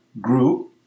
group